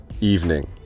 evening